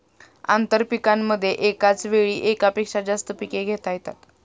आंतरपीकांमध्ये एकाच वेळी एकापेक्षा जास्त पिके घेता येतात